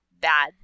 bad